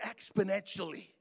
exponentially